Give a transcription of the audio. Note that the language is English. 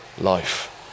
life